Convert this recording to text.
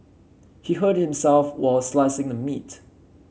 he hurt himself while slicing the meat